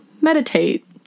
meditate